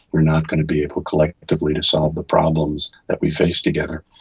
are not going to be able to collectively dissolve the problems that we face together.